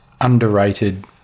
underrated